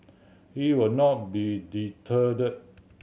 he will not be deterred